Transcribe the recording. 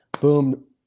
Boom